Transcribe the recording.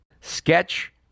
sketch